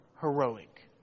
heroic